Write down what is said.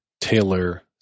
Taylor